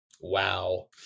Wow